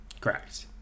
Correct